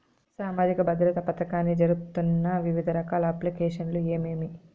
సామాజిక భద్రత పథకాన్ని జరుపుతున్న వివిధ రకాల అప్లికేషన్లు ఏమేమి?